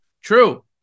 True